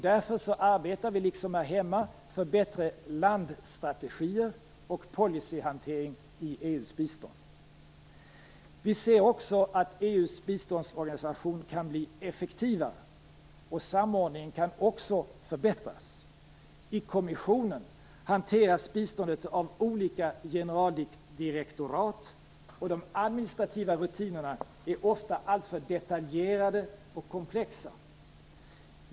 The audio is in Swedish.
Därför arbetar vi, liksom här hemma, för bättre landstrategier och policyhantering i EU:s bistånd. Vi ser också att EU:s biståndsorganisation kan bli effektivare och att samordningen kan förbättras. I kommissionen hanteras biståndet av olika generaldirektorat, och de administrativa rutinerna är ofta alltför detaljerade och komplexa.